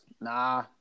nah